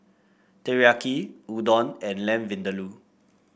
Teriyaki Udon and Lamb Vindaloo